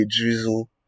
drizzle